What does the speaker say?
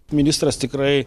ministras tikrai